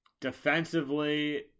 Defensively